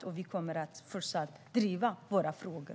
Och vi kommer fortsatt att driva våra frågor.